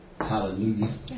Hallelujah